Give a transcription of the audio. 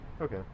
Okay